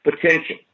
potential